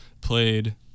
played